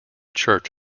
church